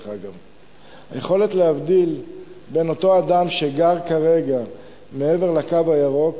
היכולת להבדיל בין אותו אדם שגר כרגע מעבר ל"קו הירוק"